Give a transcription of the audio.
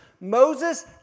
Moses